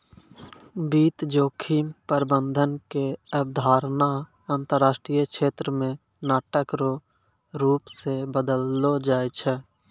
वित्तीय जोखिम प्रबंधन के अवधारणा अंतरराष्ट्रीय क्षेत्र मे नाटक रो रूप से बदललो छै